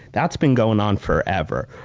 that's been going on forever,